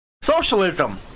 socialism